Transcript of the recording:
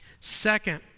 Second